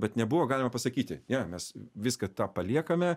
bet nebuvo galima pasakyti ne mes viską tą paliekame